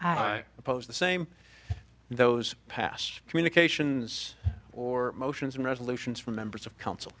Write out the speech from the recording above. say i oppose the same those past communications or motions and resolutions from members of council